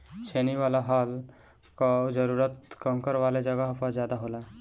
छेनी वाला हल कअ जरूरत कंकड़ वाले जगह पर ज्यादा होला